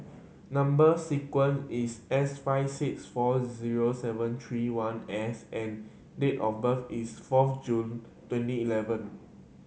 number sequence is S five six four zero seven three one S and date of birth is fourth June twenty eleven